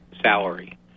salary